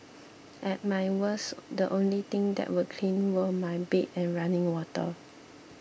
at my worst the only things that were clean were my bed and running water